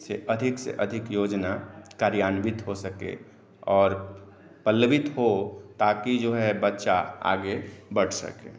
से अधिक से अधिक योजना कार्यान्वित हो सके आओर पल्लवित हो ताकि जो है बच्चा आगे बढ़ सके